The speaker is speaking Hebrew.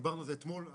דיברנו על זה אתמול.